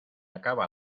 acaba